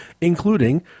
including